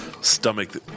stomach